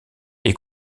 est